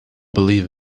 believe